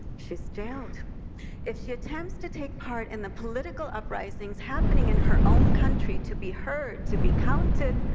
she's jailed if she attempts to take part in the political uprisings happening in her own country, to be heard, to be counted,